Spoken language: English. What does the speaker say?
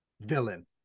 villain